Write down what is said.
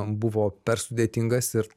buvo per sudėtingas ir